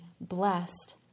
blessed